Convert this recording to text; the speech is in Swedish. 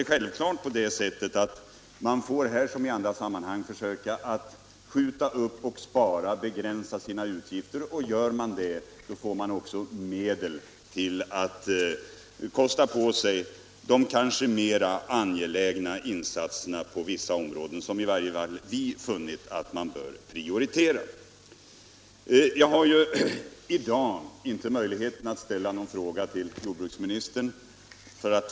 Självfallet får man här som i andra sammanhang, genom att skjuta upp och spara, begränsa sina utgifter. Gör man det kan man också få ekonomiskt utrymme för angelägna insatser på vissa områden, som i varje fall vi funnit att man bör prioritera. Jag har i dag inte möjlighet att få svar om jag ställer en fråga till jordbruksministern.